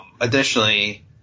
additionally